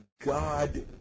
God